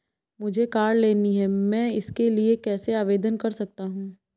मुझे कार लेनी है मैं इसके लिए कैसे आवेदन कर सकता हूँ?